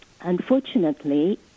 unfortunately